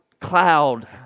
cloud